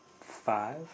five